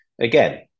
again